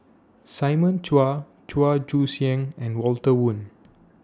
Simon Chua Chua Joon Siang and Walter Woon